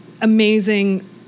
amazing